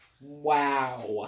Wow